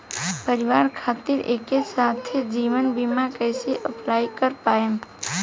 परिवार खातिर एके साथे जीवन बीमा कैसे अप्लाई कर पाएम?